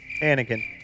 Anakin